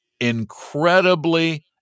incredibly